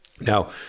Now